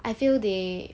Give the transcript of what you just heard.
I feel they